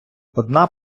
одна